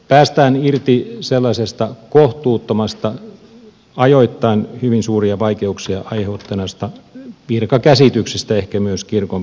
päästään irti sellaisesta kohtuuttomasta ajoittain hyvin suuria vaikeuksia aiheuttaneesta virkakäsityksestä ehkä myös kirkon piirissä